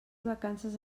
vacances